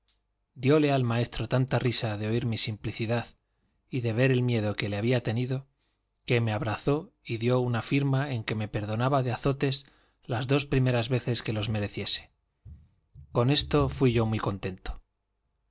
dióle al maestro tanta risa de oír mi simplicidad y de ver el miedo que le había tenido que me abrazó y dio una firma en que me perdonaba de azotes las dos primeras veces que los mereciese con esto fui yo muy contento